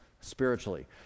spiritually